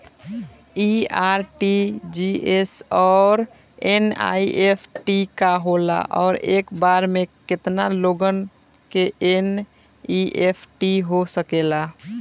इ आर.टी.जी.एस और एन.ई.एफ.टी का होला और एक बार में केतना लोगन के एन.ई.एफ.टी हो सकेला?